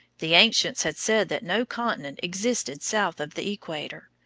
the ancients had said that no continent existed south of the equator.